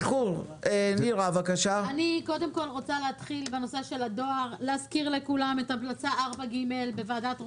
אני רוצה להזכיר לכולם את המלצה 4(ג) של ועדת רוזן,